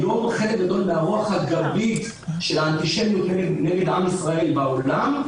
היום חלק גדול מהרוח הגבית של האנטישמיות נגד עם ישראל בעולם,